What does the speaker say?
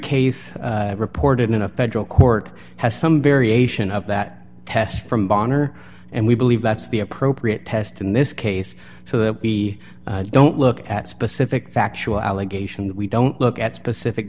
case reported in a federal court has some variation of that test from bonner and we believe that's the appropriate test in this case so that we don't look at specific factual allegation that we don't look at specific